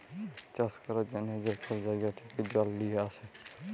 চাষ ক্যরার জ্যনহে যে ছব জাইগা থ্যাকে জল লিঁয়ে আসে